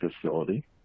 facility